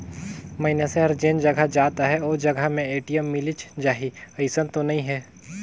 मइनसे हर जेन जघा जात अहे ओ जघा में ए.टी.एम मिलिच जाही अइसन तो नइ हे